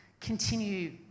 continue